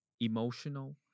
emotional